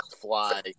fly